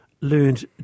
learned